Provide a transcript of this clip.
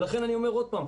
לכן אני אומר עוד פעם,